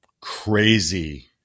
crazy